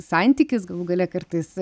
santykis galų gale kartais